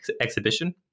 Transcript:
Exhibition